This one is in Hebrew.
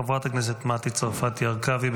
חברת הכנסת מטי צרפתי הרכבי,